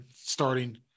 starting